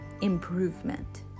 improvement